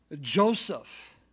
Joseph